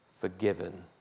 forgiven